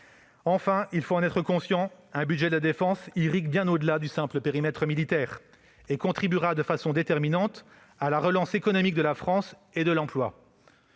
Enfin, il faut en être conscient, un budget de la défense irrigue bien au-delà du simple périmètre militaire et contribuera de façon déterminante à la relance économique de la France et à la